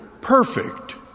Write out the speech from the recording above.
perfect